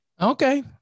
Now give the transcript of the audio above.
okay